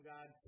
God